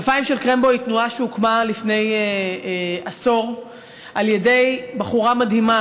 כנפיים של קרמבו היא תנועה שהוקמה לפני עשור על ידי בחורה מדהימה,